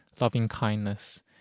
loving-kindness